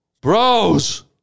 bros